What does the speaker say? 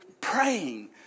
praying